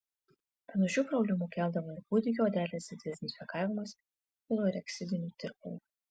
panašių problemų keldavo ir kūdikių odelės dezinfekavimas chlorheksidino tirpalu